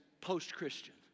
post-Christian